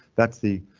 that's the.